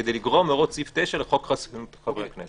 כדי לגרוע מהוראות סעיף 9 לחוק חסינות חברי הכנסת.